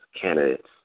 candidates